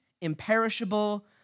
imperishable